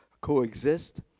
coexist